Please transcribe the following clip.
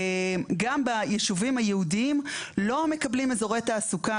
גם בישובים היהודים לא מקבלים אזורי תעסוקה